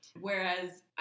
Whereas